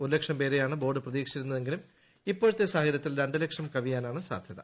ഒരു ലക്ഷം പേരെയാണ് ബോർഡ് പ്രതീക്ഷിച്ചിരുന്നതെങ്കിലും ഇപ്പോഴത്തെ സാഹചര്യത്തിൽ രണ്ട് ലക്ഷം കവിയാനാണ് സാധ്യത